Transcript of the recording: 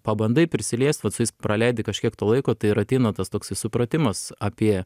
pabandai prisiliest vat su jais praleidi kažkiek to laiko tai ir ateina tas toksai supratimas apie